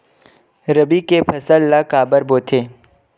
रबी के फसल ला काबर बोथे?